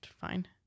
fine